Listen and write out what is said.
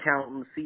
accountant